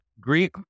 Greek